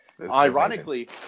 ironically